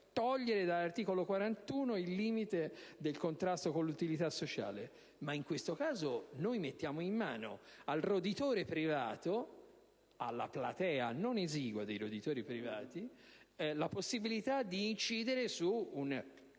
togliere dall'articolo 41 della Costituzione il limite del contrasto con l'utilità sociale. In questo caso, però, mettiamo in mano al roditore privato, o meglio alla platea non esigua dei roditori privati, la possibilità di incidere su un